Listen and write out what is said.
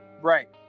Right